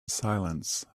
silence